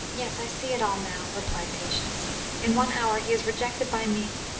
yes, i see it all now, replied patience in one hour he is rejected by me,